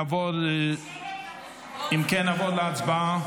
נעבור להצבעה.